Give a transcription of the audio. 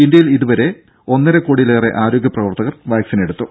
ഇന്ത്യയിൽ ഇതുവരെ ഒന്നരക്കോടിയിലേറെ ആരോഗ്യ പ്രവർത്തകർ വാക്സിനെടുത്തു